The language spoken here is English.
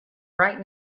right